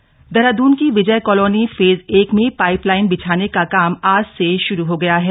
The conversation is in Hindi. पाईप लाइन देहरादून की विजय कॉलोनी फेज एक में पाईप लाईन बिछाने का काम आज से भाुरू हो गया है